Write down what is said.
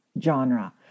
genre